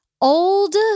old